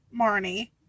Marnie